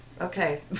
okay